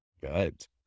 Good